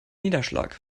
niederschlag